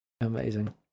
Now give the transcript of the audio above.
Amazing